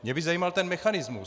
Mě by zajímal ten mechanismus.